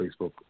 Facebook